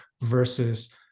versus